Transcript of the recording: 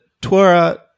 Torah